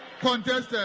contested